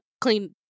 clean